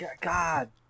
God